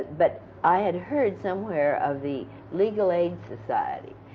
but i had heard somewhere of the legal aid society.